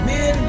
Men